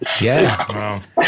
Yes